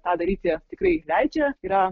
tą daryti tikrai leidžia yra